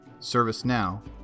ServiceNow